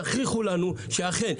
תוכיחו לנו שאכן,